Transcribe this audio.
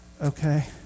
Okay